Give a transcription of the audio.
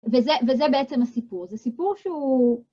וזה בעצם הסיפור. זה סיפור שהוא...